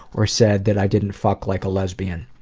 or said that i didn't fuck like a lesbian.